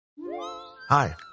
Hi